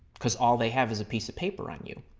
because all they have is a piece of paper on you.